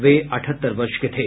वे अठहत्तर वर्ष के थे